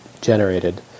generated